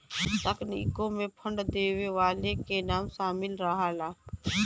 तकनीकों मे फंड देवे वाले के नाम सामिल रहला